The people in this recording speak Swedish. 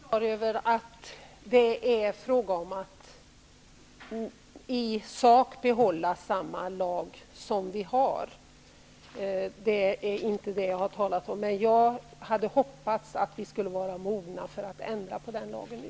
Herr talman! Jag är helt på det klara med att det är fråga om att behålla samma lagstiftning i sak. Det är inte det jag har talat om. Jag hade hoppats att vi skulle vara mogna att ändra på den lagen nu.